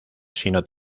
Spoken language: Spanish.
sino